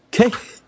Okay